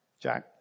Jack